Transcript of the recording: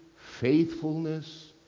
faithfulness